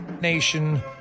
Nation